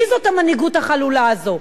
מי זאת המנהיגות החלולה הזאת?